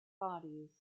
bodies